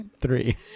three